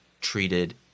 treated